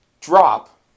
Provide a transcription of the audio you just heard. drop